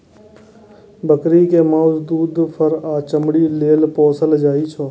बकरी कें माउस, दूध, फर आ चमड़ी लेल पोसल जाइ छै